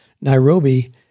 Nairobi